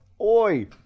Oi